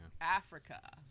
Africa